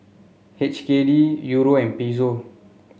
H K D Euro and Peso